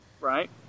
Right